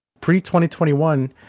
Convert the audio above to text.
pre-2021